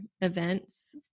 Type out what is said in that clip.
events